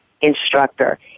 instructor